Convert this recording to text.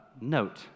note